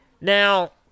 Now